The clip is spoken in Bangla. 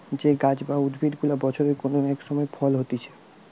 যে গাছ বা উদ্ভিদ গুলা বছরের কোন এক সময় ফল হতিছে